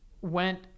went